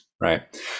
right